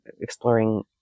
exploring